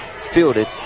Fielded